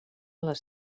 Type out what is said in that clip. les